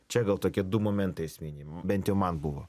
čia gal tokie du momentai esminiai bent man buvo